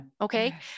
Okay